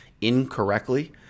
incorrectly